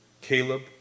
Caleb